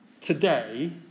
today